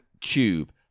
tube